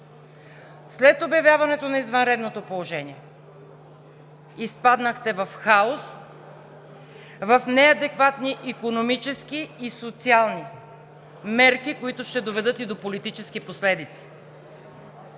След обявяването на извънредното положение изпаднахте в хаос, в неадекватни икономически и социални мерки, които ще доведат и до политически последици.